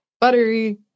buttery